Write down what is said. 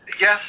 yes